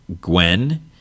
Gwen